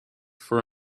for